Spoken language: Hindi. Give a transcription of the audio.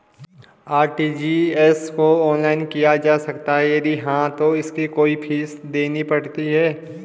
आर.टी.जी.एस को ऑनलाइन किया जा सकता है यदि हाँ तो इसकी कोई फीस देनी पड़ती है?